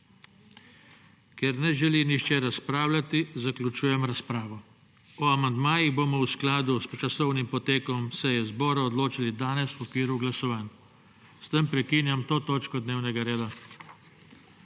Ker ne želi nihče razpravljati, zaključujem razpravo. O amandmajih bomo v skladu s časovnim potekom seje zbora odločali danes v okviru glasovanjem. S tem prekinjam to točko dnevnega reda.